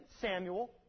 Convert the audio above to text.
Samuel